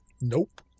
nope